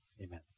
amen